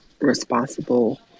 responsible